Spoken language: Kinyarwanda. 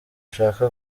ushaka